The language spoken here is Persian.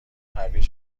هویج